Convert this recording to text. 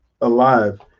alive